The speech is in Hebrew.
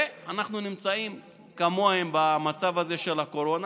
ואנחנו נמצאים כמוהם במצב הזה של הקורונה,